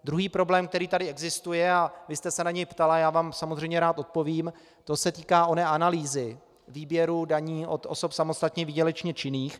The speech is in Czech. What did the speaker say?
Druhý problém, který tady existuje, a vy jste se na něj ptala a já vám samozřejmě rád odpovím, se týká oné analýzy výběru daní od osob samostatně výdělečně činných.